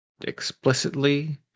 explicitly